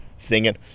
singing